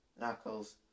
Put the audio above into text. knuckles